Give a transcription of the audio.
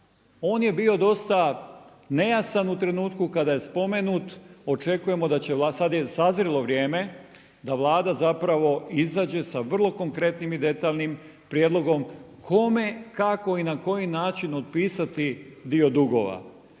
On je bio dosta nejasan u trenutku kada je spomenut, sada je sazrelo vrijeme da Vlada izađe sa vrlo konkretnim i detaljnim prijedlogom kome, kako i na koji način otpisati dio dugova.